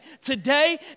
today